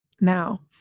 Now